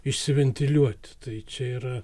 išsiventiliuot tai čia yra